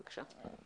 בבקשה.